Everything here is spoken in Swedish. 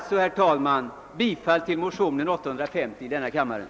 Jag yrkar, herr talman, bifall till motionerna: I: 716 och II: 850.